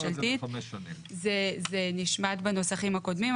זה נשמט בנוסחים הקודמים.